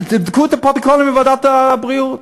תקראו את הפרוטוקולים של ועדת הבריאות.